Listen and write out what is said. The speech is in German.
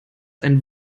ein